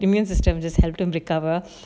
immune system just help him recover